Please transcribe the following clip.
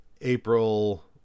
April